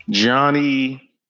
Johnny